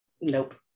Nope